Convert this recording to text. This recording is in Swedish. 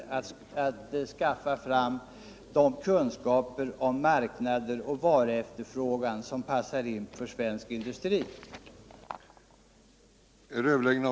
att skaffa fram kunskaper om marknader och varuefterfrågan som passar för svensk industri. den det ej vill röstar nej.